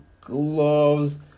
gloves